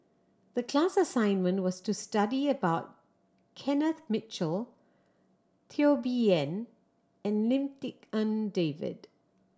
the class assignment was to study about Kenneth Mitchell Teo Bee Yen and Lim Tik En David